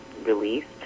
released